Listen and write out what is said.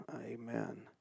Amen